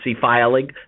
filing